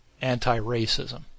anti-racism